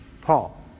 Paul